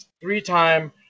three-time